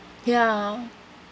ya